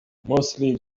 mostly